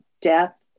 death